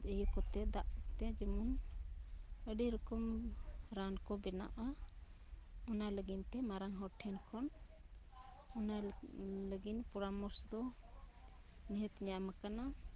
ᱤᱭᱟᱹᱠᱚᱛᱮ ᱫᱟᱜ ᱠᱚᱛᱮ ᱡᱮᱢᱚᱱ ᱟᱹᱰᱤᱨᱚᱠᱚᱢ ᱨᱟᱱ ᱠᱚ ᱵᱮᱱᱟᱜᱼᱟ ᱟᱱᱟ ᱞᱟᱹᱜᱤᱱᱛᱮ ᱢᱟᱨᱟᱝ ᱦᱚᱲᱴᱷᱮᱱ ᱠᱷᱚᱱ ᱚᱱᱟ ᱞᱟᱹᱜᱤᱫ ᱯᱚᱨᱟᱢᱚᱨᱥ ᱫᱚ ᱱᱤᱦᱟᱹᱛ ᱧᱟᱢᱟᱠᱟᱱᱟ